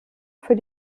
für